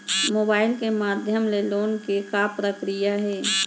Mobile के माधयम ले लोन के का प्रक्रिया हे?